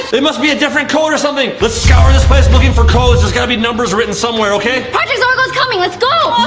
it must be a different code or something. let's scowl this place looking for codes. it's gotta be number written somewhere, okay. project zorgo's coming. let's go.